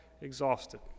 exhausted